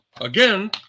again